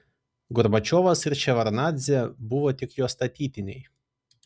gorbačiovas ir ševardnadzė buvo tik jo statytiniai